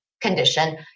condition